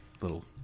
Little